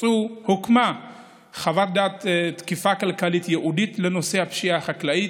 הוקמה תקיפה כלכלית ייעודית לנושא הפשיעה החקלאית.